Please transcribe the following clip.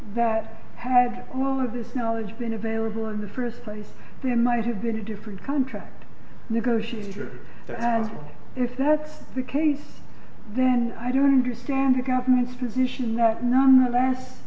that had all of this knowledge been available in the first place there might have been a different contract negotiator and if that's the case then i don't understand the government's position that nonetheless